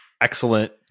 excellent